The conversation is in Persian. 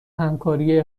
همکاری